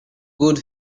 good